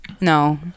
No